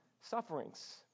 sufferings